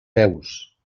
peus